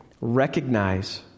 recognize